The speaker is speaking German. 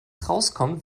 rauskommt